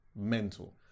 Mental